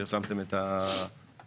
פרסמתם את --- לא,